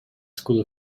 school